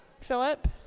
Philip